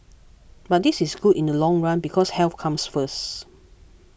but this is good in the long run because health comes first